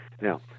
now